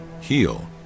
heal